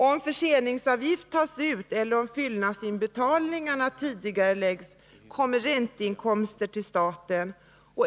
Om förseningsavgift tas ut eller om fyllnadsinbetalningar tidigareläggs får staten ränteinkomster.